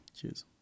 Cheers